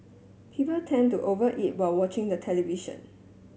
people tend to over eat while watching the television